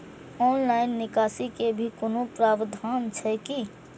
Online निकासी के भी कोनो प्रावधान छै की?